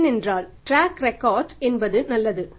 ஏனென்றால் track record என்பது நல்லது